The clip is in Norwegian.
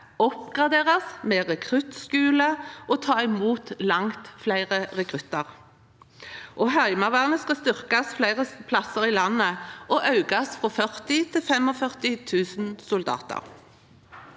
oppgraderes med rekruttskole og ta imot langt flere rekrut ter. Heimevernet skal styrkes flere plasser i landet og økes fra 40 000 til 45 000 soldater.